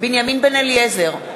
בנימין בן-אליעזר,